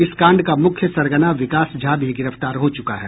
इस कांड का मुख्य सरगना विकास झा भी गिरफ्तार हो चुका है